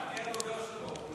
אני הדובר שלו.